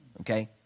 okay